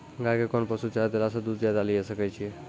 गाय के कोंन पसुचारा देला से दूध ज्यादा लिये सकय छियै?